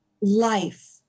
life